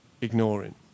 ignoring